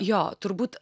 jo turbūt